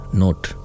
note